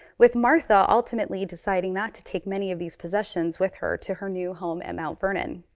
with martha ultimately deciding not to take many of these possessions with her, to her new home at mount vernon.